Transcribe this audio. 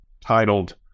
titled